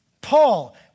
Paul